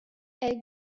elle